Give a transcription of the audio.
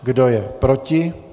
Kdo je proti?